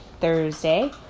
Thursday